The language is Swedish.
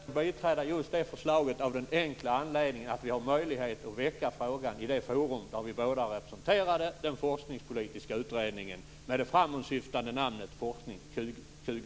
Fru talman! Jag är inte beredd att biträda just det förslaget av den enkla anledningen att vi har möjlighet att väcka frågan i det forum där vi båda är representerade, nämligen den forskningspolitiska utredningen med det framåtsyftande namnet Forskning